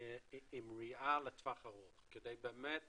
עם ראייה לטווח ארוך כדי באמת